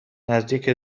نزدیک